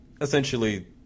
essentially